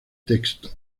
texto